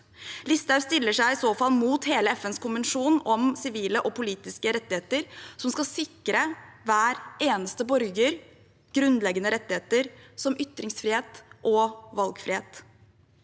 Listhaug stiller seg i så fall mot hele FNs konvensjon om sivile og politiske rettigheter, som skal sikre hver eneste borger grunnleggende rettigheter som ytringsfrihet og valgfrihet.